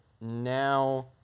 now